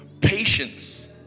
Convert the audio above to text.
patience